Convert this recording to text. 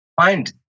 find